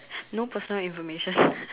no personal information